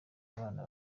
abana